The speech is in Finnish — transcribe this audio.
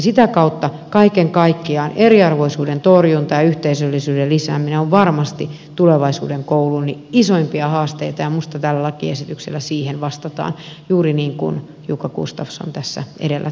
sitä kautta kaiken kaikkiaan eriarvoisuuden torjunta ja yhteisöllisyyden lisääminen ovat varmasti tulevaisuuden koulun isoimpia haasteita ja minusta tällä lakiesityksellä siihen vastataan juuri niin kuin jukka gustafsson tässä edellä toi julki